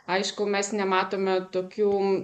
aišku mes nematome tokių